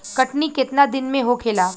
कटनी केतना दिन में होखेला?